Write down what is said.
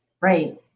Right